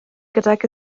gydag